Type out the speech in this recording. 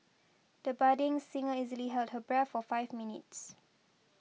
the budding singer easily held her breath for five minutes